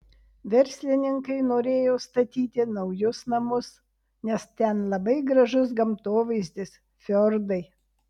verslininkai norėjo statyti naujus namus nes ten labai gražus gamtovaizdis fjordai